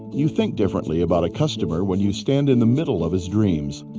you think differently about a customer when you stand in the middle of his dreams.